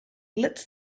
lit